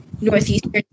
northeastern